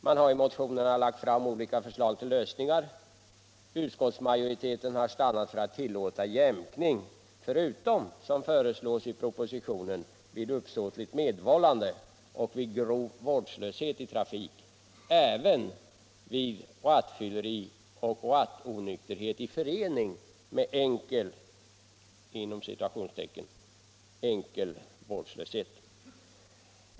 I motionerna har lagts fram olika förslag till lösningar. Utskottsmajoriteten har stannat för att tillåta jämkning utom vid uppsåtligt medvållande och vid grov vårdslöshet i trafik — alltså det som föreslås i propositionen — samt vid rattfylleri och rattonykterhet i förening med ”enkel” vårdslöshet.